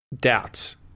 doubts